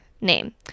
name